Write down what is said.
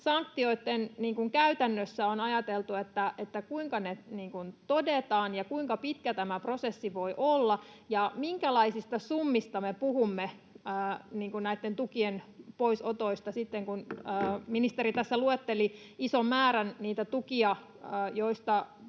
sanktioista käytännössä on ajateltu. Kuinka ne todetaan ja kuinka pitkä tämä prosessi voi olla, ja minkälaisista summista me puhumme näitten tukien poisotoissa, kun ministeri tässä luetteli ison määrän niitä